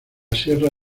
sierra